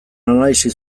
analisi